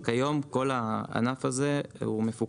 כיום כל הענף הזה מפוקח,